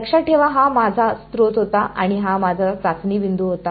लक्षात ठेवा हा माझा स्रोत होता आणि हा माझा चाचणी बिंदू होता